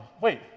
wait